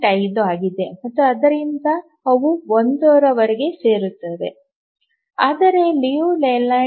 5 ಆಗಿದೆ ಮತ್ತು ಆದ್ದರಿಂದ ಅವು 1 ರವರೆಗೆ ಸೇರುತ್ತವೆ ಆದರೆ ಲಿಯು ಲೇಲ್ಯಾಂಡ್ ಬೌಂಡ್ 0